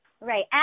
Right